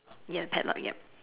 ya padlock yup